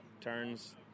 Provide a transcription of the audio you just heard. turns